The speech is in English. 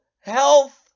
health